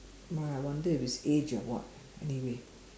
um I wonder it's age or what anyway